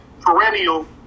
perennial